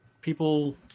people